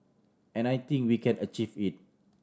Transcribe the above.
and I think we can achieve it